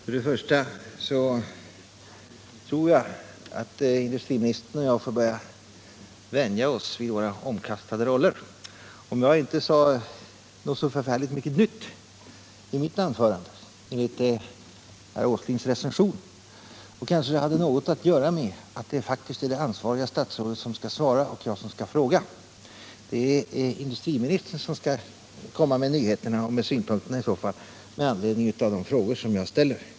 Herr talman! Jag tror att industriministern och jag får börja vänja oss vid våra omkastade roller. Om jag inte sade så mycket nytt i mitt anförande enligt Nils Åslings recension kanske det hade något att göra med att det faktiskt är det ansvariga statsrådet som skall svara och jag som skall fråga. Det är industriministern som skall komma med nyheterna och synpunkterna med anledning av de frågor som jag ställer.